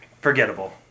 forgettable